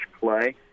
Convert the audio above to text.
play